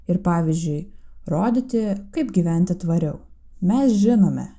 ir pavyzdžiui rodyti kaip gyventi tvariau mes žinome